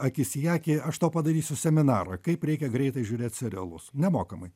akis į akį aš tau padarysiu seminarą kaip reikia greitai žiūrėt serialus nemokamai